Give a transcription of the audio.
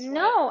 no